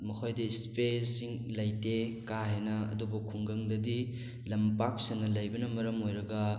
ꯃꯈꯣꯏꯗ ꯏꯁꯄꯦꯁꯁꯤꯡ ꯂꯩꯇꯦ ꯀꯥ ꯍꯦꯟꯅ ꯑꯗꯨꯕꯨ ꯈꯨꯡꯒꯪꯗꯗꯤ ꯂꯝ ꯄꯥꯛ ꯁꯟꯅ ꯂꯩꯕꯅ ꯃꯔꯝ ꯑꯣꯏꯔꯒ